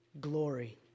Glory